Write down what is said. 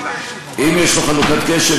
אם יש לך חלוקת קשב,